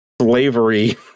slavery